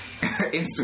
instagram